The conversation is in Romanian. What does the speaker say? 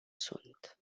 sunt